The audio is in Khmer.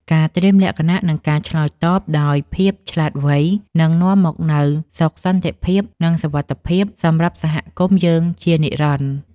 ការត្រៀមលក្ខណៈ និងការឆ្លើយតបដោយភាពឆ្លាតវៃនឹងនាំមកនូវសុខសន្តិភាព និងសុវត្ថិភាពសម្រាប់សហគមន៍យើងជានិរន្តរ៍។